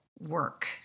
work